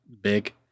big